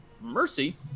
mercy